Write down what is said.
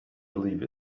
believe